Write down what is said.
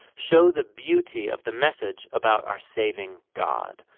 show the beauty of the message about our saving god.